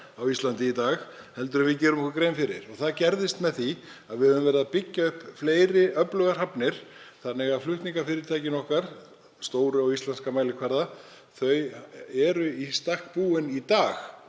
á Íslandi í dag en við gerum okkur grein fyrir. Það gerðist með því að við höfum verið að byggja upp fleiri öflugar hafnir þannig að flutningafyrirtækin okkar, stóru á íslenskan mælikvarða, eru í stakk búin í dag